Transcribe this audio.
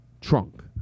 trunk